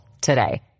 today